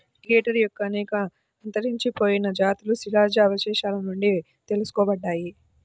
alligator యొక్క అనేక అంతరించిపోయిన జాతులు శిలాజ అవశేషాల నుండి తెలుసుకోబడ్డాయి